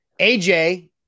AJ